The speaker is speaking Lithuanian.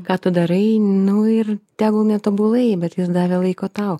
ką tu darai nu ir tegul netobulai bet jis davė laiko tau